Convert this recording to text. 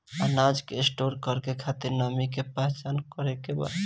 अनाज के स्टोर करके खातिर नमी के पहचान कैसे करेके बा?